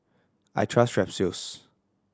I trust Strepsils